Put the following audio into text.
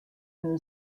new